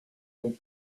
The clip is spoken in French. donc